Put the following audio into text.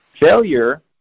Failure